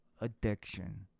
addiction